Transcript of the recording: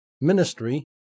ministry